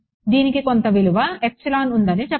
దీనికి కొంత విలువ ఉందని చెప్పండి